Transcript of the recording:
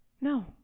No